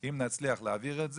אם נצליח להעביר את זה,